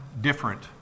different